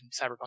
cyberpunk